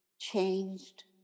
changed